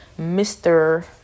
Mr